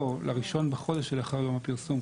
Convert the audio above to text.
לא, ל-1 בחודש שלאחר יום הפרסום.